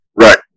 Right